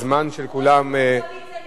הזמן של כולם יקר,